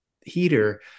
heater